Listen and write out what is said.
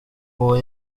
uwo